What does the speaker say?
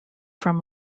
from